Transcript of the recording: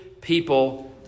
people